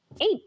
eight